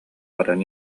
баран